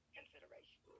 consideration